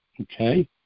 okay